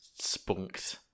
spunked